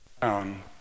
town